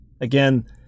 again